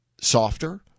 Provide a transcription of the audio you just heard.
Softer